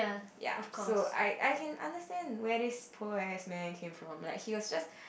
ya so I I can understand where this poor ass man came from he was just